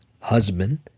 husband